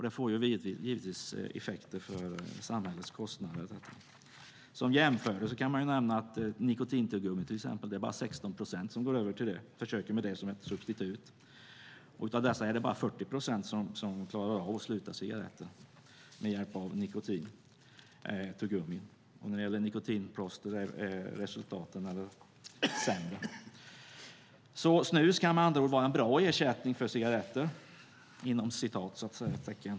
Det får givetvis effekter för samhällets kostnader. Som jämförelse kan nämnas att bara 16 procent försöker med nikotintuggummi som ett substitut, och av dessa är det bara 40 procent som klarar av att sluta med cigaretter. När det gäller nikotinplåster är resultaten sämre. Snus kan med andra ord vara en "bra ersättning" för cigaretter.